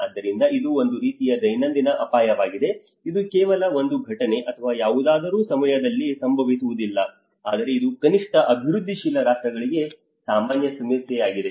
ಆದ್ದರಿಂದ ಇದು ಒಂದು ರೀತಿಯ ದೈನಂದಿನ ಅಪಾಯವಾಗಿದೆ ಇದು ಕೇವಲ ಒಂದು ಘಟನೆ ಅಥವಾ ಯಾವುದಾದರೂ ಸಮಯದಲ್ಲಿ ಸಂಭವಿಸುವುದಿಲ್ಲ ಆದರೆ ಇದು ಕನಿಷ್ಠ ಅಭಿವೃದ್ಧಿಶೀಲ ರಾಷ್ಟ್ರಗಳಿಗೆ ಸಾಮಾನ್ಯ ಸಮಸ್ಯೆಯಾಗಿದೆ